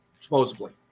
supposedly